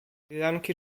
firanki